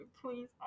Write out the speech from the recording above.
please